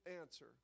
answer